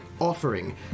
offering